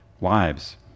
Wives